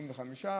75,